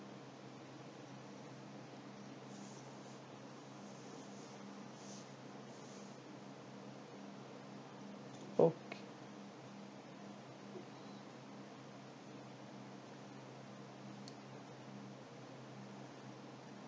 okay